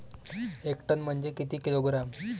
एक टन म्हनजे किती किलोग्रॅम?